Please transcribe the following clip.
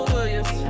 Williams